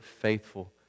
faithful